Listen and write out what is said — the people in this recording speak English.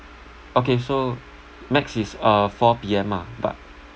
okay so max is uh four P_M ah but